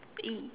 E